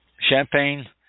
Champagne